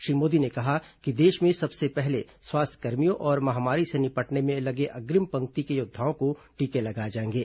श्री मोदी ने कहा कि देश में सबसे पहले स्वास्थ्यकर्मियों और महामारी से निपटने में लगे अग्रिम पंक्ति के योद्धाओं को टीके लगाये जायेंगे